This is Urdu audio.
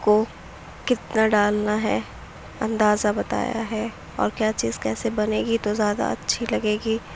کو کتنا ڈالنا ہے اندازہ بتایا ہے اور کیا چیز کیسے بنے گی تو زیادہ اچھی لگے گی